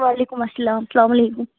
وعلیکُم اَسَلام سلام علیکُم